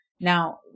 now